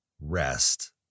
rest